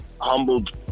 humbled